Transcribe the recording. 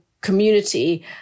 community